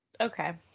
okay